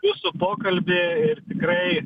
jūsų pokalbį ir tikrai